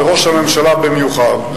וראש הממשלה במיוחד.